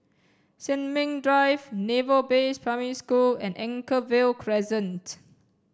Sin Ming Drive Naval Base Primary School and Anchorvale Crescent